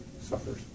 suffers